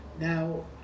Now